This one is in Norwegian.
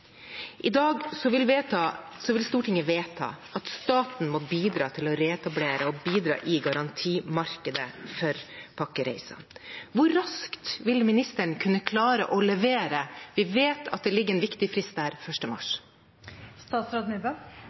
I dag vil Stortinget vedta at staten må bidra til å reetablere og bidra i garantimarkedet for pakkereiser. Hvor raskt vil ministeren kunne klare å levere? Vi vet at det ligger en viktig frist der: